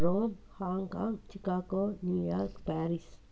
Rome Hong Kong Chicago New York Paris